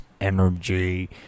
energy